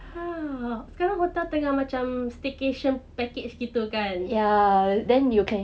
!huh! sekarang hotel tengah macam staycation package gitu kan